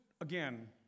again